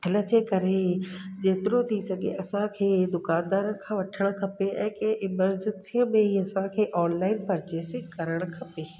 हिन जे करे जेतिरो थी सघे असांखे दुकानदारनि खां वठणु खपे ऐं कंहिं एमरजैंसीअ में ई असांखे ऑनलाइन परचेसिंग करणु खपे